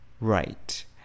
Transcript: right